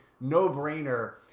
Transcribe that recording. no-brainer